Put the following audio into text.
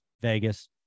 Vegas